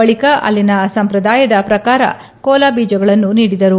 ಬಳಿಕ ಅಲ್ಲಿನ ಸಂಪ್ರದಾಯದ ಪ್ರಕಾರ ಕೋಲಾ ಬೀಜಗಳನ್ನು ನೀಡಿದರು